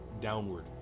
downward